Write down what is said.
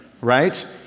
Right